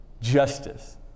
justice